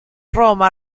roma